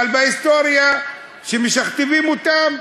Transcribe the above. אבל בהיסטוריה, כשמשכתבים אותה,